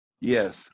Yes